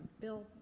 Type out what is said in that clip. Bill